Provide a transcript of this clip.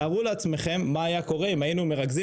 תארו לעצמכם מה היה קורה אם היינו מרכזים